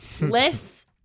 less